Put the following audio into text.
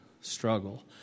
struggle